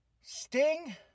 Sting